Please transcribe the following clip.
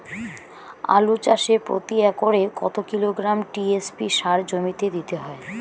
আলু চাষে প্রতি একরে কত কিলোগ্রাম টি.এস.পি সার জমিতে দিতে হয়?